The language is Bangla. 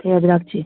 ঠিক আছে তা রাখছি